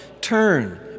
turn